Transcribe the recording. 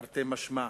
תרתי משמע.